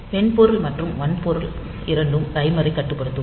மென்பொருள் மற்றும் வன்பொருள் இரண்டும் டைமரைக் கட்டுப்படுத்தும்